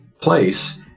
place